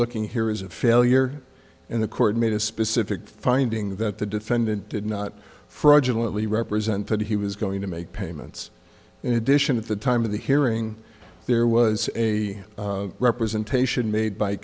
looking here is a failure in the court made a specific finding that the defendant did not fraudulent he represented he was going to make payments in addition at the time of the hearing there was a representation made by